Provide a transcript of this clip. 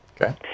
Okay